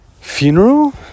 funeral